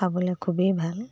খাবলৈ খুবেই ভাল